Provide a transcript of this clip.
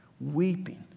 Weeping